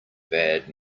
bad